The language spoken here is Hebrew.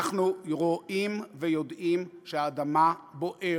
אנחנו רואים ויודעים שהאדמה בוערת,